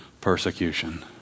persecution